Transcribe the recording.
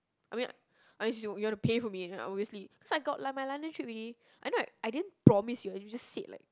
I mean honestly you you want to pay for me then obviously so I got like my London trip already I know like I didn't promise you eh you just said like